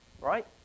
right